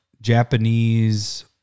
Japanese